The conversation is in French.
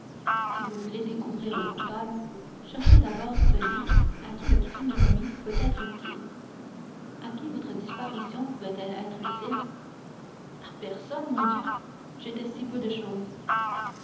si vous voulez découvrir le coupable cherchez d'abord celui à qui le crime commis peut être utile à qui votre disparition pouvait-elle être utile à personne mon dieu j'étais si peu de chose